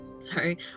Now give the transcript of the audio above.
sorry